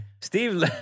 steve